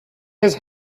his